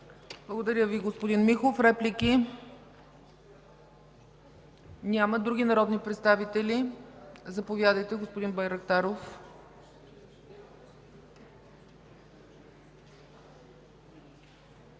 Благодаря Ви, господин Михов. Реплики? Няма. Други народни представители? Заповядайте, господин Байрактаров. ДИМИТЪР